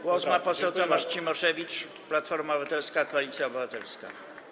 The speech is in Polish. Głos ma poseł Tomasz Cimoszewicz, Platforma Obywatelska - Koalicja Obywatelska.